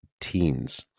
teens